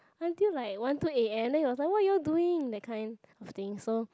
until like one two a_m then was like what you all doing that kind of thing so